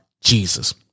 Jesus